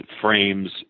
frames